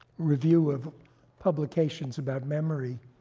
review of publications about memory,